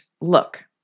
look